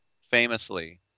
famously